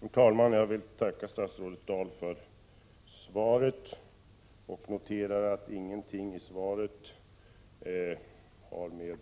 Herr talman! Jag vill tacka statsrådet Dahl för svaret. Jag noterar att ingenting i svaret har att göra med